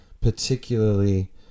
Particularly